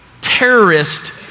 terrorist